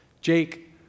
Jake